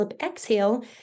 exhale